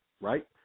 right